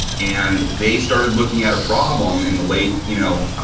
and they started looking at a problem in the late you know, ah